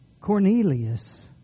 Cornelius